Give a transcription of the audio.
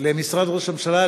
למשרד ראש הממשלה,